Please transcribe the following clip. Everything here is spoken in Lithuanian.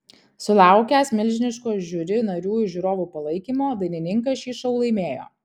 sulaukęs milžiniško žiuri narių ir žiūrovų palaikymo dainininkas šį šou laimėjo